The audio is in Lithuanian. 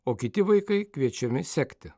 o kiti vaikai kviečiami sekti